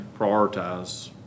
prioritize